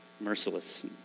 Merciless